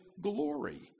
glory